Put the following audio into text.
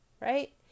right